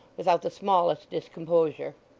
without the smallest discomposure.